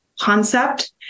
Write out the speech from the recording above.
concept